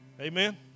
Amen